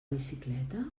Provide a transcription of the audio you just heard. bicicleta